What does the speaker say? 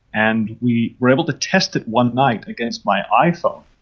and we were able to test it one night against my iphone,